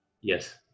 Yes